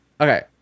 Okay